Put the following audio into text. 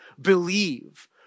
believe